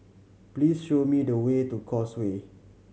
please show me the way to Causeway